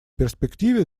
перспективе